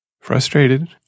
frustrated